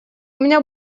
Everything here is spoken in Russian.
меня